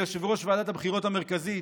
ליושב-ראש ועדת הבחירות המרכזית,